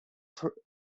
framed